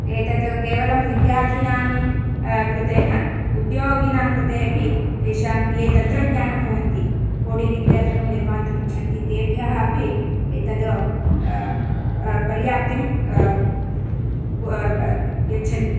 एतद् केवलं विद्यार्थीनाङ् कृते न उद्योगिनाङ्कृते अपि एषां ये तन्त्रज्ञाः भवन्ति कोडिङ्ग् इत्यादिकं निर्मान्तुं इच्छन्ति तेभ्यः अपि एतद् पर्याप्तिं यच्छति